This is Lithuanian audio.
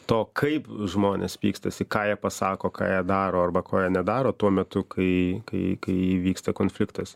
to kaip žmonės pykstasi ką jie pasako ką jie daro arba ko jie nedaro tuo metu kai kai kai įvyksta konfliktas